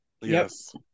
Yes